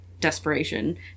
desperation